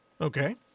Okay